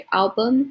album